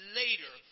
later